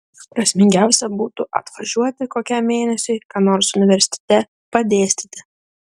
prasmingiausia būtų atvažiuoti kokiam mėnesiui ką nors universitete padėstyti